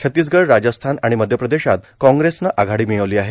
छत्तीसगढ राजस्थान आणि मध्य प्रदेशात काँग्रेसनं आघाडी मिळवली आहे